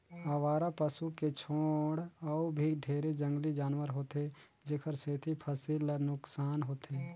अवारा पसू के छोड़ अउ भी ढेरे जंगली जानवर होथे जेखर सेंथी फसिल ल नुकसान होथे